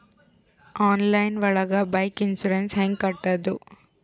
Online ಒಳಗೆ bike insurance ಹ್ಯಾಂಗ್ ಕಟ್ಟುದು?